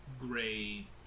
gray